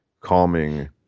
calming